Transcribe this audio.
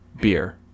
beer